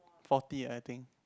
forty I think